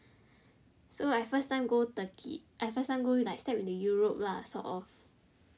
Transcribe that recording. so I first time go Turkey I first time go like step into Europe lah sort of